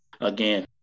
Again